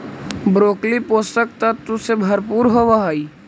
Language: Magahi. ब्रोकली पोषक तत्व से भरपूर होवऽ हइ